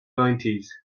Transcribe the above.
nineties